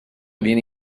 viene